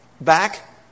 back